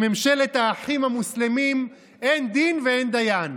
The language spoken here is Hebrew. בממשלת האחים המוסלמים אין דין ואין דיין.